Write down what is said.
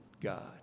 God